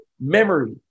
memory